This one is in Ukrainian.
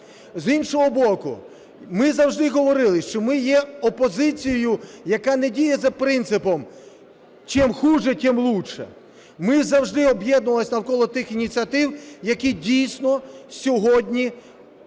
З іншого боку, ми завжди говорили, що ми є опозицією, яка не діє за принципом "чем хуже, тем лучше", ми завжди об'єднувалися навколо тих ініціатив, які дійсно сьогодні